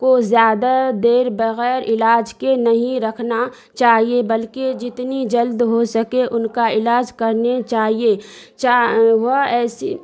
کو زیادہ دیر بغیر علاج کے نہیں رکھنا چاہیے بلکہ جتنی جلد ہو سکے ان کا علاج کرنے چاہیے وہ ایسی